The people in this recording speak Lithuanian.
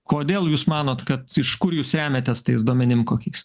kodėl jūs manot kad iš kur jūs remiatės tais duomenim kokiais